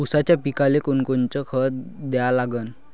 ऊसाच्या पिकाले कोनकोनचं खत द्या लागन?